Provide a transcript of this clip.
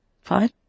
Fine